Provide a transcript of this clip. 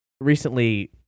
recently